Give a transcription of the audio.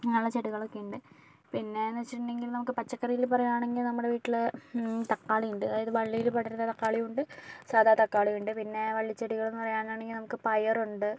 അങ്ങനെ ചെടികളൊക്കെയുണ്ട് പിന്നെ എന്ന് വെച്ചിട്ടുണ്ടങ്കിൽ നമുക്ക് പച്ചക്കറിയിൽ പറയുക ആണെങ്കി നമ്മുടെ വീട്ടില് തക്കാളി ഉണ്ട് അതായത് വള്ളിയിൽ പടരുന്ന തക്കാളിയുണ്ട് സാധാ തക്കാളിയുണ്ട് പിന്നെ വള്ളിച്ചെടികൾ എന്ന് പറയാൻ ആണെങ്കിൽ നമുക്ക് പയറുണ്ട്